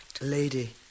Lady